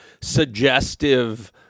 suggestive